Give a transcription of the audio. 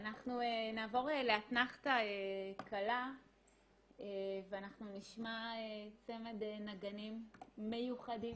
אנחנו נעבור לאתנחתא קלה ואנחנו נשמע צמד נגנים מיוחדים,